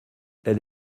elle